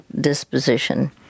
disposition